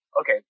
Okay